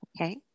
Okay